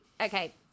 Okay